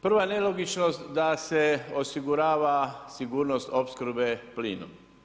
Prva nelogičnost da se osigurava sigurnost opskrbe plinom.